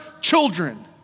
children